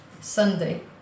sunday